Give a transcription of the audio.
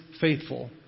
faithful